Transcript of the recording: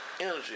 energy